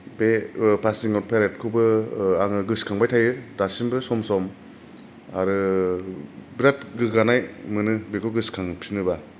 बे passing out पेरेडखौबो ओ आङो गोसोखांबाय थायो दासिमबो सम सम आरो बिरात गोग्गानाय मोनो बेखौ गोसोखांफिनोबा